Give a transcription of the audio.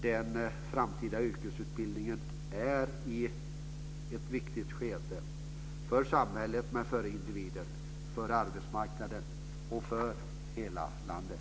Den framtida yrkesutbildningen befinner sig i ett viktigt skede för samhället, för individen, för arbetsmarknaden och för hela landet.